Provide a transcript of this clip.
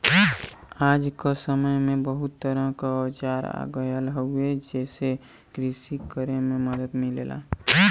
आज क समय में बहुत तरह क औजार आ गयल हउवे जेसे कृषि करे में मदद मिलला